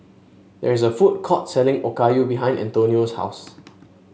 there is a food court selling Okayu behind Antonio's house